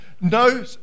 no